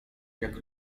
jak